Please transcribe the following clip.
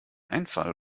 einfall